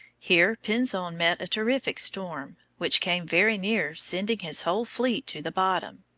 here pinzon met a terrific storm, which came very near sending his whole fleet to the bottom.